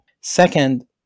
Second